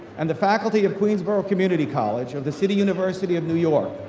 and the faculty of queensborough community college of the city university of new york,